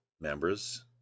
members